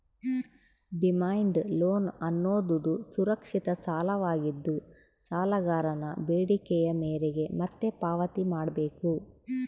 demand loan ಅನ್ನೋದುದು ಸುರಕ್ಷಿತ ಸಾಲವಾಗಿದ್ದು, ಸಾಲಗಾರನ ಬೇಡಿಕೆಯ ಮೇರೆಗೆ ಮತ್ತೆ ಪಾವತಿ ಮಾಡ್ಬೇಕು